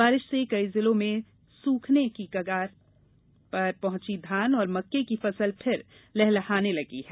बारिश से कई जिलों में सूखने की कगार पर पहुंची धान और मक्के की फसल फिर लहलहाने लगी है